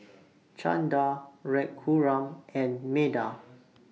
Chanda Raghuram and Medha